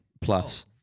plus